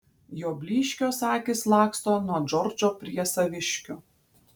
jo blyškios akys laksto nuo džordžo prie saviškių